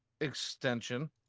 extension